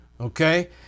Okay